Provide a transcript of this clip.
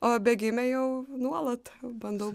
o bėgime jau nuolat bandau